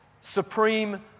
supreme